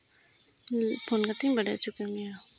phone ᱠᱟᱛᱮ ᱤᱧ ᱵᱟᱰᱟᱭ ᱦᱚᱪᱚ ᱠᱮᱜ ᱢᱮᱭᱟ